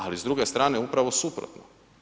Ali s druge strane upravo suprotno.